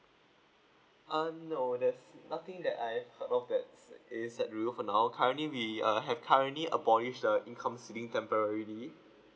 uh no there's nothing that I've heard of that's it's that rule for now currently we uh have currently abolish the incomes ceiling temporarily